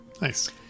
Nice